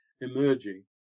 emerging